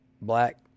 black